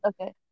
Okay